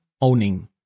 owning